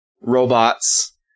robots